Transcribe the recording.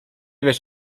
wiesz